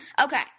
Okay